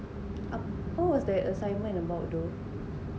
apa was the assignment about !duh!